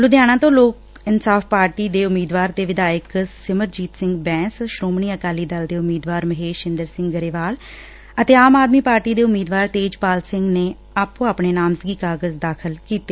ਲੁਧਿਆਣਾ ਤੋ ਲੋਕ ਇਨਸਾਫ਼ ਪਾਰਟੀ ਦੇ ਉਮੀਦਵਾਰ ਤੇ ਵਿਧਾਇਕ ਸਿਮਰਜੀਤ ਸਿੰਘ ਬੈਸ ਸ੍ਰੌਮਣੀ ਅਕਾਲੀ ਦਲ ਦੇ ਉਮੀਦਵਾਰ ਮਹੇਸ਼ਇੰਦਰ ਸਿੰਘ ਗਰੇਵਾਲ ਅਤੇ ਆਮ ਆਦਮੀ ਪਾਰਟੀ ਦੇ ਉਮੀਦਵਾਰ ਤੇਜਪਾਲ ਸਿੰਘ ਨੇ ਆਪੋ ਆਪਣੇ ਨਾਮਜ਼ਦਗੀ ਕਾਗਜ਼ ਦਾਖਲ ਕੀਤੇ